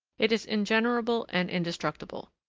it is ingenerable and indestructible.